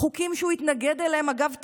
חוקים שהוא התנגד אליהם, אגב תמיד.